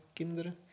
kinderen